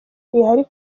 ihari